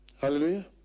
hallelujah